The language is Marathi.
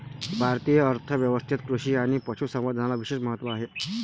भारतीय अर्थ व्यवस्थेत कृषी आणि पशु संवर्धनाला विशेष महत्त्व आहे